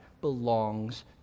belongs